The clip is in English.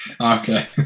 Okay